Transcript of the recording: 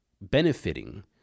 benefiting